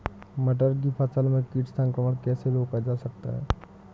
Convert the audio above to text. मटर की फसल में कीट संक्रमण कैसे रोका जा सकता है?